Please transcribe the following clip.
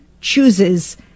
chooses